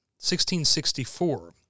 1664